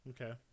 Okay